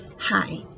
Hi